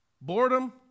boredom